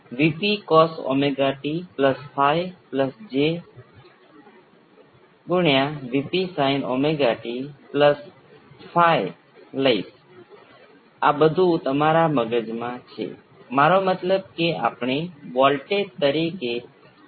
તેથી જો આપણી પાસે આ RL અને C જેવી સર્કિટ હોય તો આપણે જે વિકલન સમીકરણ પ્રાપ્ત કરીએ છીએ તે નેચરલ રિસ્પોન્સ માટે હું સોર્સ ની અવગણના કરીશ તેથી V s બરાબર 0 છે